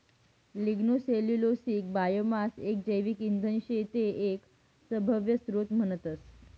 lignocellulosic biomass एक जैविक इंधन शे ते एक सभव्य स्त्रोत म्हणतस